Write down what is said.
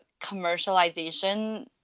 commercialization